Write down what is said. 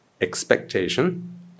expectation